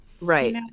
Right